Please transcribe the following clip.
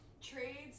trades